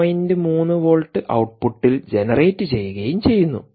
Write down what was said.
3വോൾട്ട് ഔട്ട്പുട്ടിൽ ജനറേറ്റ് ചെയ്യുകയും ചെയ്യുന്നു